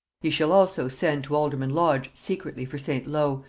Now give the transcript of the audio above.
ye shall also send to alderman lodge secretly for st. low,